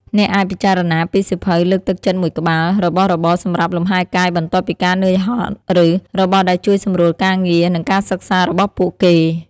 អ្នកអាចពិចារណាពីសៀវភៅលើកទឹកចិត្តមួយក្បាល របស់របរសម្រាប់លំហែកាយបន្ទាប់ពីការនឿយហត់ ឬ របស់ដែលជួយសម្រួលការងារ និងការសិក្សា របស់ពួកគេ។